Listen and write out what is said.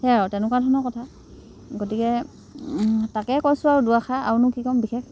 সেয়া আৰু তেনেকুৱা ধৰণৰ কথা গতিকে তাকেই কৈছোঁ আৰু দুআষাৰ আৰুনো কি ক'ম বিশেষ